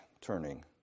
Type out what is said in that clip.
turning